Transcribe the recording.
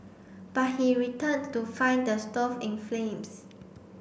but he returned to find the stove in flames